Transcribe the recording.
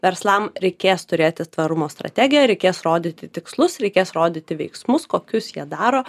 verslam reikės turėti tvarumo strategiją reikės rodyti tikslus reikės rodyti veiksmus kokius jie daro